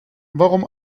warum